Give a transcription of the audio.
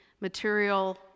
material